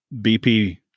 BP